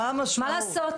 מה לעשות.